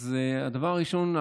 אז הדבר הראשון,